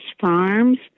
Farms